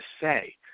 say